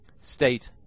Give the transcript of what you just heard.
State